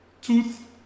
tooth